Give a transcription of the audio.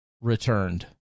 returned